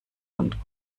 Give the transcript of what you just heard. und